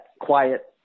quiet